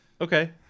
Okay